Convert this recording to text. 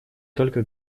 только